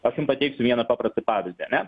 aš jum pateiksiu vieną paprastą pavyzdį ane